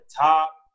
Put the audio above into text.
top